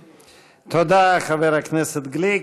תודה, חבר הכנסת גליק.